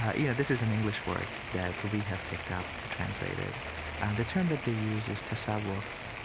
ah yeah, this is an english word that we have picked up to translate it, and the term that they use is tasawwuf,